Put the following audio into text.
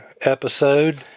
episode